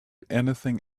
anything